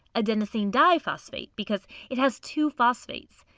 adenosine diphosphate, because it has two phosphates.